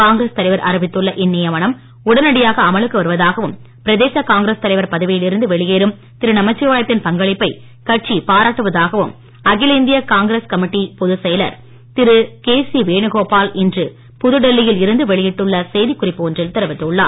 காங்கிரஸ் தலைவர் அறிவித்துள்ள இந்நியமனம் உடனடியாக அமலுக்கு வருவதாகவும் பிரதேச காங்கிரஸ் தலைவர் பதவியில் இருந்து வெளியேறும் திரு நமச்சிவாயத்தின் பங்களிப்பை கட்சி பாராட்டுவதாகவும் அகில இந்திய காங்கிரஸ் கமிட்டி பொதுச் செயலர் திரு கேசி வேணுகோபால் இன்று புதுடெல்லியில் இருந்து வெளியிட்டுள்ள செய்தி குறிப்பு ஒன்றில் தெரிவித்துள்ளார்